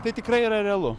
tai tikrai yra realu